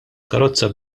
karozza